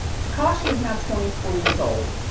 tekashi is now twenty four years old.